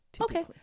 okay